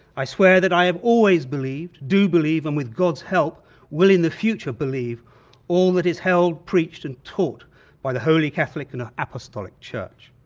i swear that i have always believed, do believe, and with god's help will in the future believe all that is held, preached and taught by the holy catholic and ah apostolic church.